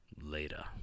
Later